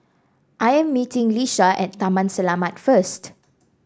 I am meeting Lisha at Taman Selamat first